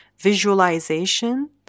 visualization